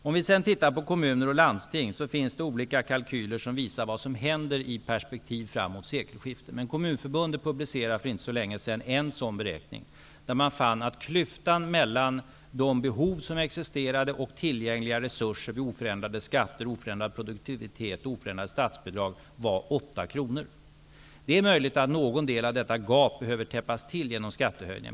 Om vi sedan tittar på kommuner och landsting, finns det olika kalkyler som visar vad som händer i ett perspektiv framåt sekelskiftet. Men Kommunförbundet publicerade för inte så länge sedan en sådan beräkning, där man fann att klyftan mellan de behov som existerade och tillgängliga resurser vid oförändrade skatter, oförändrad produktivitet och oförändrade statsbidrag var 8 kr. Det är möjligt att någon del av detta gap behöver täppas till genom skattehöjningar.